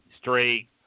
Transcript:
straight